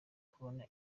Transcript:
kubona